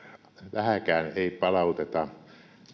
vähääkään ei palauteta